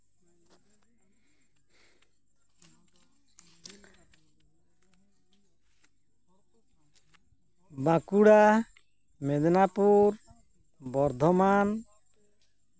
Bankura Midnapur Bardhaman